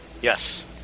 Yes